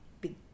big